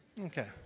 Okay